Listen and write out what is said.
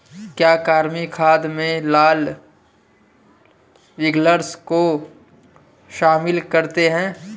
क्या कृमि खाद में लाल विग्लर्स को शामिल करते हैं?